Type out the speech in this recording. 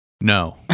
no